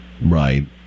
Right